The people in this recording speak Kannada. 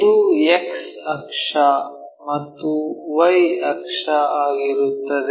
ಇದು X ಅಕ್ಷ ಮತ್ತು Y ಅಕ್ಷವಾಗಿರುತ್ತದೆ